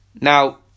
Now